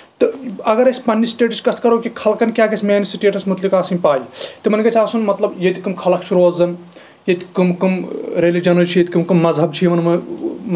تہٕ اَگر أسۍ پَنٕنِس سِٹیٹچ کَتھ کَرو کہِ کھلکن کیاہ گژھِ میانہِ سِٹیٹس مُتلِق آسنۍ پاے تمن گژھِ آسُن مطلب ییٚتہِ کٕم کھلکھ چھِ روزان ییٚتہِ کٕم کٕم ریلِیجنٕز چھِ ییٚتہِ کٕم کٕم مذہب چھِ